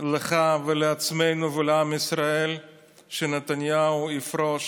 לך ולעצמנו ולעם ישראל שנתניהו יפרוש.